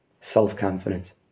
Self-confidence